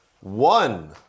One